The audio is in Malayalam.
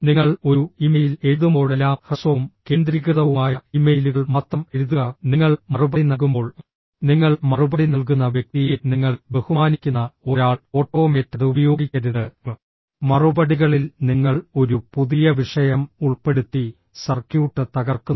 നിങ്ങൾ ഒരു ഇമെയിൽ എഴുതുമ്പോഴെല്ലാം ഹ്രസ്വവും കേന്ദ്രീകൃതവുമായ ഇമെയിലുകൾ മാത്രം എഴുതുക നിങ്ങൾ മറുപടി നൽകുമ്പോൾ നിങ്ങൾ മറുപടി നൽകുന്ന വ്യക്തിയെ നിങ്ങൾ ബഹുമാനിക്കുന്ന ഒരാൾ ഓട്ടോമേറ്റഡ് ഉപയോഗിക്കരുത് മറുപടികളിൽ നിങ്ങൾ ഒരു പുതിയ വിഷയം ഉൾപ്പെടുത്തി സർക്യൂട്ട് തകർക്കുന്നു